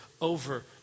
over